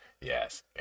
yes